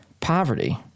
poverty